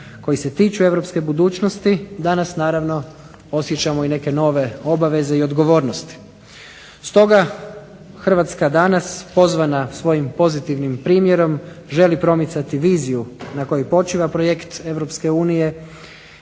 koji se tiču Europske budućnosti, danas naravno osjećamo i neke nove obaveze i odgovornosti. stoga, Hrvatska danas pozvana svojim pozitivnim primjerom želi poticati viziju na kojem počiva projekt